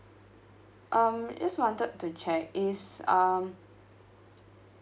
um just wanted to check is um